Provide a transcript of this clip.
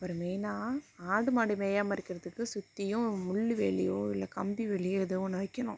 அப்புறம் மெய்னாக ஆடு மாடு மேயாமல் இருக்கிறத்துக்கு சுற்றியும் முள்ளுவேலியோ இல்லை கம்பி வேலியோ ஏதோ ஒன்று வைக்கிணும்